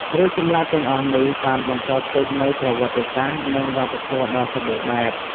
រូបចម្លាក់ទាំងអស់នេះបានបន្សល់ទុកនូវប្រវត្តិសាស្ត្រ និងវប្បធម៌ដ៏សម្បូរបែប។